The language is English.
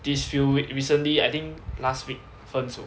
these few week recently I think last week 分手